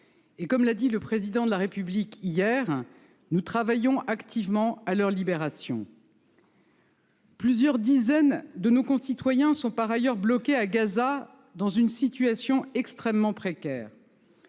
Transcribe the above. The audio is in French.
Comme l’a déclaré le Président de la République hier, nous travaillons activement à leur libération. Plusieurs dizaines de nos concitoyens sont par ailleurs bloqués à Gaza, dans une situation extrêmement précaire.